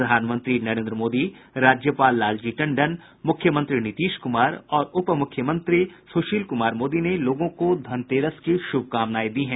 प्रधानमंत्री नरेन्द्र मोदी राज्यपाल लालजी टंडन मुख्यमंत्री नीतीश कुमार और उपमुख्यमंत्री सुशील कुमार मोदी ने लोगों को धनतेरस की शुभकामनाएं दी हैं